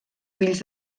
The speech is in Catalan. fills